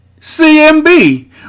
CMB